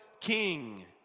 king